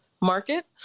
market